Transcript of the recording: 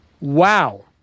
Wow